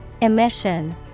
Emission